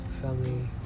family